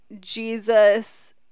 Jesus